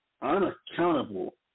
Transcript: unaccountable